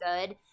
good